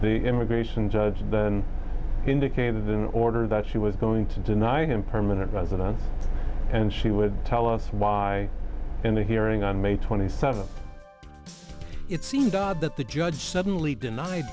the immigration judge then indicated in order that she was going to deny him permanent residence and she would tell us why in the hearing on may twenty seventh it seemed that the judge suddenly denied